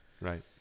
right